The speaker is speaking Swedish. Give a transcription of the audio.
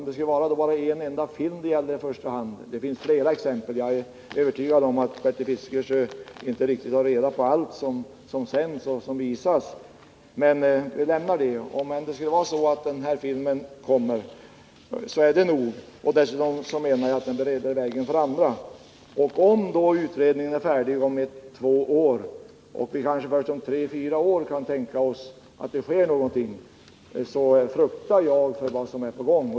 Det finns flera liknande filmer, och jag är övertygad om att Bertil Fiskesjö inte har reda på allt som visas. Om den här filmen får visas här, kan det bereda vägen för andra. Och om utredningen blir färdig om två år och vi först om tre fyra år kan tänka oss att det sker någonting, fruktar jag för det som är på gång.